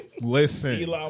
listen